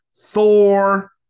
Thor